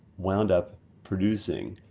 wound up producing,